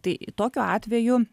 tai tokiu atveju